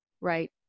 right